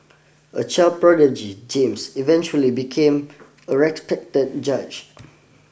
a child prodigy James eventually became a respected judge